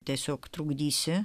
tiesiog trukdysi